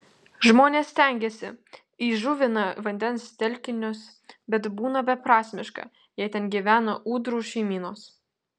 žmonės stengiasi įžuvina vandens telkinius bet būna beprasmiška jei ten gyvena ūdrų šeimynos